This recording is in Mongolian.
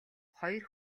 хоёр